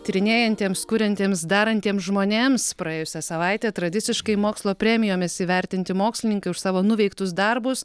tyrinėjantiems kuriantiems darantiems žmonėms praėjusią savaitę tradiciškai mokslo premijomis įvertinti mokslininkai už savo nuveiktus darbus